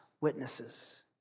witnesses